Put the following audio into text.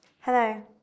Hello